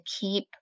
keep